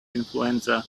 influenza